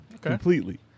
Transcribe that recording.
completely